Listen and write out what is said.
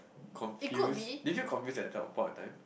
confused did you confuse that that point of time